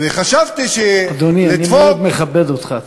וחשבתי, אדוני, שלדפוק, אני מאוד מכבד אותך.